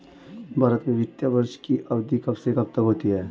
भारत में वित्तीय वर्ष की अवधि कब से कब तक होती है?